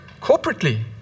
corporately